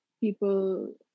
people